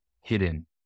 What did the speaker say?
hidden